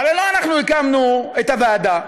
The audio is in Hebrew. הרי לא אנחנו הקמנו את הוועדה,